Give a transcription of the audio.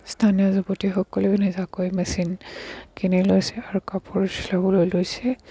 স্থানীয় যুৱতীসকলেও নিজাকৈ মেচিন কিনি লৈছে আৰু কাপোৰ চিলাবলৈ লৈছে